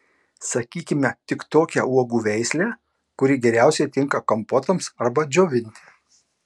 sakykime tik tokią uogų veislę kuri geriausiai tinka kompotams arba džiovinti